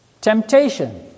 temptation